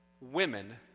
women